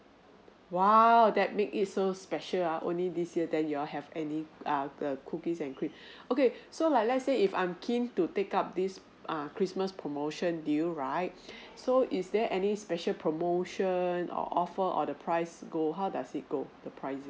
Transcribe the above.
!wow! that make it so special uh only this year then you all have any uh err cookies and cream okay so like let's say if I'm keen to take up this uh christmas promotion deal right so is there any special promotion or offer or the price go how does it go the pricing